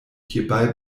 hierbei